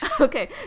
Okay